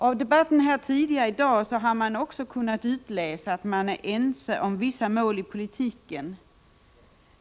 Av den tidigare debatten i dag har jag också kunnat utläsa att partierna är ense om vissa mål i politiken.